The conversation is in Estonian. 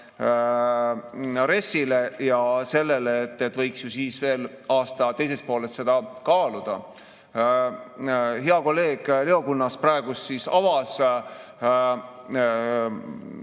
RES‑ile ja sellele, et võiks ju veel aasta teises pooles seda kaaluda. Hea kolleeg Leo Kunnas praegu avas